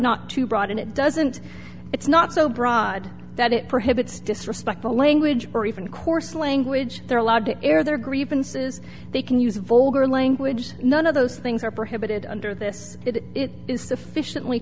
not too broad and it doesn't it's not so broad that it prohibits disrespect the language or even coarse language they're allowed to air their grievances they can use volcker language none of those things are prohibited under this it is sufficient